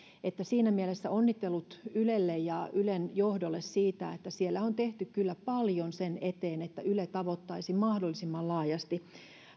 siinä mielessä onnittelut ylelle ja ylen johdolle siitä että siellä on tehty kyllä paljon sen eteen että yle tavoittaisi mahdollisimman laajasti